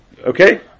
Okay